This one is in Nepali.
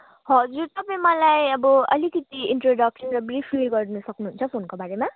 हजुर तपाईँ मलाई अब अलिकति इन्ट्रोडक्सन ब्रिफली गरिदिन सक्नुहुन्छ फोनको बारेमा